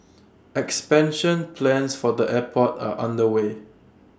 expansion plans for the airport are underway